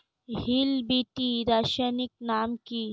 Hill বিটি রাসায়নিক নাম কি?